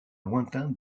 lointain